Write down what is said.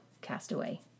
Castaway